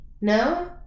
No